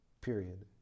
Period